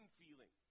feeling